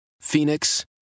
Phoenix